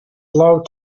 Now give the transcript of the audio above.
love